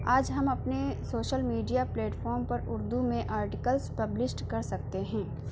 آج ہم اپنے سوشل میڈیا پلیٹفام پر اردو میں آرٹیکلس پبلشٹ کر سکتے ہیں